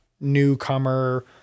newcomer